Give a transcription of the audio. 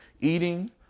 eating